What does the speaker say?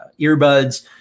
earbuds